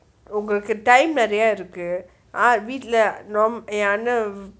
உங்களுக்கு time நெறைய இருக்கு வீட்டுல என் அண்ணே:ungalukku time romba irukku veethulla en anne